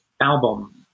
album